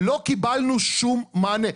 'לא קיבלנו שום מענה'.